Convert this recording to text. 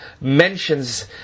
mentions